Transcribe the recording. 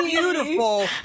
Beautiful